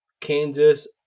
Kansas